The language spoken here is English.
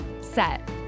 set